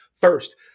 first